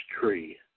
tree